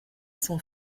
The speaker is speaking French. son